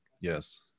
Yes